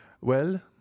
Well